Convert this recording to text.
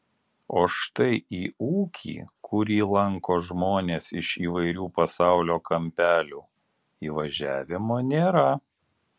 o štai į ūkį kurį lanko žmonės iš įvairių pasaulio kampelių įvažiavimo nėra